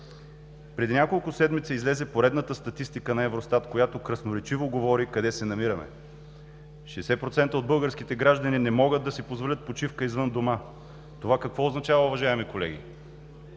Преди няколко седмици излезе поредната статистика на Евростат, която красноречиво говори къде се намираме. Шестдесет процента от българските граждани не могат да си позволят почивка извън дома. Това какво означава, уважаеми колеги?